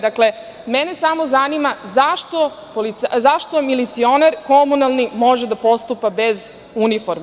Dakle, mene samo zanima zašto milicionar komunalni može da postupa bez uniforme?